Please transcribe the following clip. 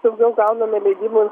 daugiau gauname leidimų